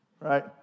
right